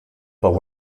but